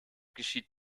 geschieht